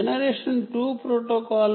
generation 2 protocol